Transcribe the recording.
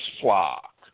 flock